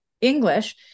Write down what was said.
English